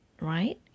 right